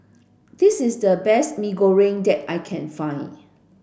this is the best Mee Goreng that I can find